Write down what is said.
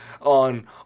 on